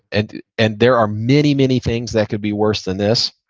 and and there are many, many things that could be worse than this,